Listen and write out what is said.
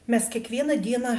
mes kiekvieną dieną